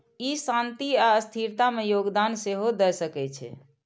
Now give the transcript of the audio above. ई शांति आ स्थिरता मे योगदान सेहो दए सकै छै